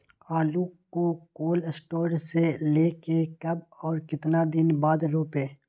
आलु को cold store से ले के कब और कितना दिन बाद रोपे?